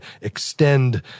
extend